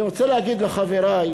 אני רוצה להגיד לחברי,